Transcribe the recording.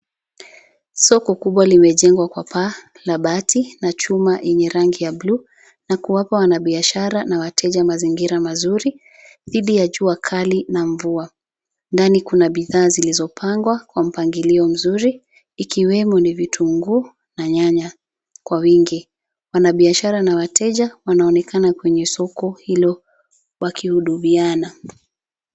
Soko kubwa limejengwa kwa paa, la bati na chuma yenye rangi ya buluu na kuwapa wanabiashara na wateja mazingira mazuri dhidi ya jua kali na mvua. Ndani kuna bidhaa zilizopangwa kwa mpangilio mzuri, ikiwemo ni vitunguu na nyanya kwa wingi. Wanabiashara na wateja wanaonekana kwenye soko hilo wakihudumiana